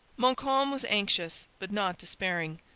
montcalm was anxious, but not despairing.